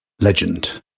Legend